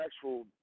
actual –